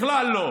בכלל לא.